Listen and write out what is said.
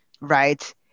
right